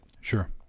Sure